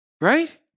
Right